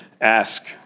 Ask